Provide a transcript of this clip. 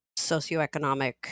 socioeconomic